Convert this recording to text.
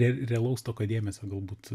ir realaus tokio dėmesio galbūt